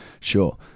Sure